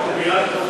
הדיון הזה,